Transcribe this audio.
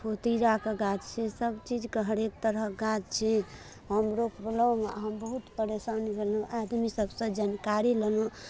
तीराके गाछ छै सभ चीजके हरेक तरहक गाछ छै हम रोपलहुँ हम बहुत परेशानी भेलहुँ आदमी सभसँ जानकारी लेलहुँ